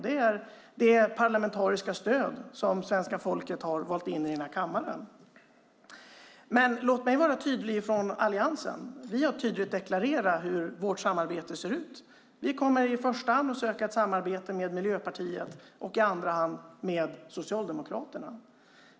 Det är det parlamentariska stöd som svenska folket har valt in i kammaren. Vi i Alliansen har tydligt deklarerat hur vårt samarbete ser ut. Vi kommer i första hand att söka samarbete med Miljöpartiet och i andra hand med Socialdemokraterna.